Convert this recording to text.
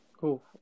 Cool